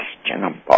questionable